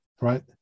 right